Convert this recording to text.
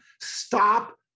stop